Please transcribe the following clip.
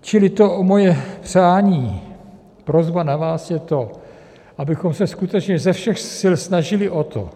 Čili moje přání, prosba na vás je to, abychom se skutečně ze všech sil snažili o to,